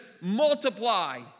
multiply